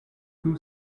two